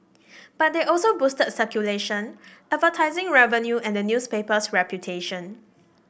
but they also boosted circulation advertising revenue and the newspaper's reputation